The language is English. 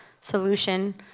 solution